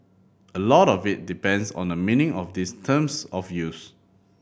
a lot of it depends on the meaning of these terms of use